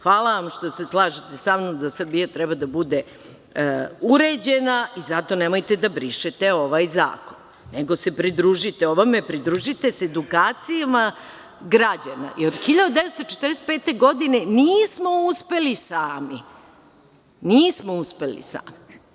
Hvala vam što se slažete samnom, da Srbija treba da bude uređena i zato nemojte da brišete ovaj zakon, nego se pridružite ovome, pridružite se edukacijama građana, jer 1945. godine nismo uspeli sami, nismo uspeli sami.